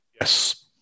Yes